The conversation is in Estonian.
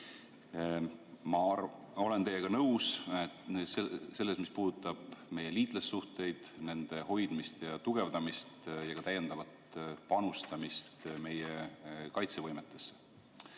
Ma olen teiega nõus selles, mis puudutab meie liitlassuhteid, nende hoidmist ja tugevdamist ja ka täiendavat panustamist meie kaitsevõimesse.